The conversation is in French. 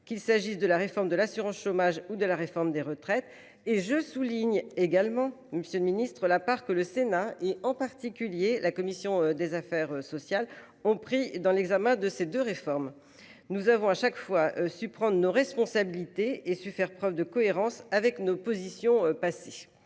qu'il s'agisse de la réforme de l'assurance chômage ou de la réforme des retraites et je souligne également Monsieur le Ministre, la part que le Sénat et en particulier la commission des affaires sociales ont pris dans l'examen de ces 2 réformes. Nous avons à chaque fois su prendre nos responsabilités et su faire preuve de cohérence avec nos positions passées.